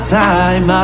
time